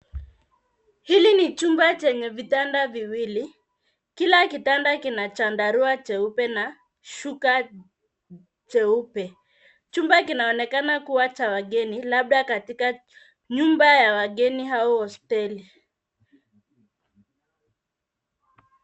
Hili ni chumba chenye vitanda viwili. Kila kitanda kina chandarua cheupe na shuka cheupe. Chumba kinaonekana kuwa cha wageni, labda katika nyumba ya wageni au hosteli.